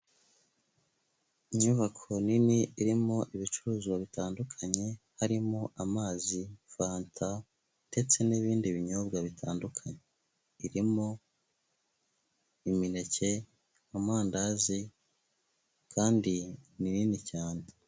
Inyubako nini irimo ibicuruzwa bitandukanye harimo amazi, fanta ndetse n'ibindi binyobwa bitandukanye, irimo imineke, amandazi kandi ni nini cyane.